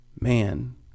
man